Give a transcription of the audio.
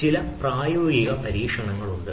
ചില പ്രായോഗിക പരീക്ഷണങ്ങൾ ഉണ്ട്